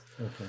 Okay